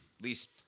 least